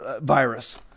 virus